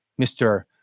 Mr